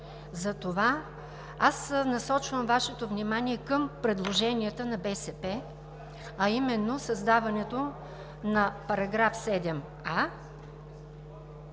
Затова насочвам Вашето внимание към предложенията на БСП, а именно създаването на § 7а